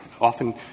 often